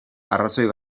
arrazoi